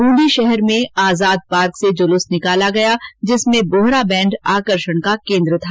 बूंदी शहर में आजाद पार्क से जुलूस निकाला गया जिसमें बोहरा बैंड आकर्षण का केन्द्र था